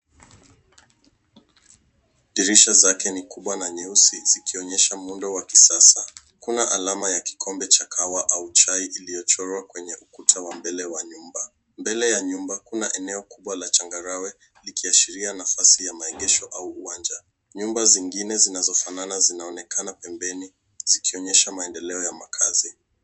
Dirisha zake ni kubwa na nyeusi zikionyesha muundo wa kisasa. Kuna alama ya kikombe cha kahawa au chai iliyochorwa kwenye ukuta wa mbele wa nyumba. Mbele ya nyumba kuna eneo kubwa la changarawe likiashira nafasi ya maegesho au uwanja. Nyumba zingine zinazofanana zinaonekana pembeni zikionyesha maendeleo ya makaazi.